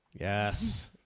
Yes